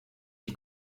die